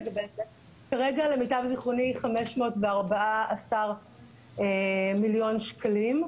כרגע, למיטב זכרוני, 514 מיליון שקלים.